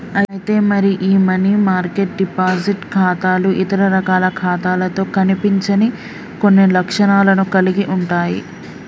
అయితే మరి ఈ మనీ మార్కెట్ డిపాజిట్ ఖాతాలు ఇతర రకాల ఖాతాలతో కనిపించని కొన్ని లక్షణాలను కలిగి ఉంటాయి